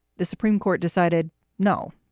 the supreme court decided no.